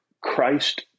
christ